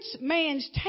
man's